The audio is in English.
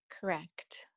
Correct